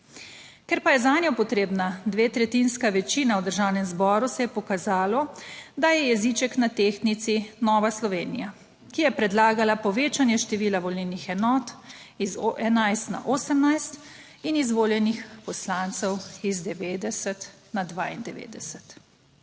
Ker pa je zanjo potrebna dvotretjinska večina v državnem zboru, se je pokazalo, da je jeziček na tehtnici Nova Slovenija, ki je predlagala povečanje števila volilnih enot iz 11 na 18 in izvoljenih poslancev iz 90 na 92.